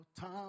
time